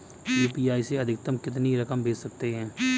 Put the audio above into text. UPI से अधिकतम कितनी रकम भेज सकते हैं?